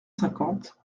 cinquante